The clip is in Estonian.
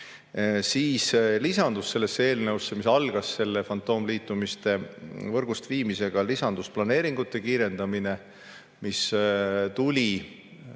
Siis lisandus sellesse eelnõusse, mis algas fantoomliitumiste võrgust viimisega, planeeringute kiirendamine, mis tuli